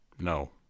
No